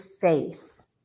face